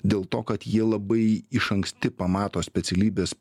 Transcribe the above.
dėl to kad jie labai iš anksti pamato specialybės